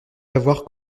avoir